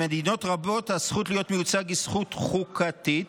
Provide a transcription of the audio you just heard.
במדינות רבות הזכות להיות מיוצג היא זכות חוקתית,